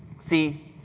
see,